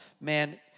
Man